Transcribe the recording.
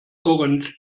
orange